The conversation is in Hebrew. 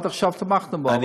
עד עכשיו תמכנו בו,